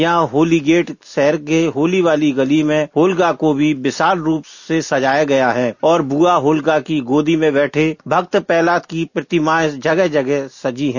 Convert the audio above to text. यहां होली गेट शहर के होली वाली गली में होलिका को भी विशाल रूप सजाया गया है और बुआ होलिका की गोदी में बैठे भक्त प्रह्लाद की प्रतिमाएं जगह जगह सजी हैं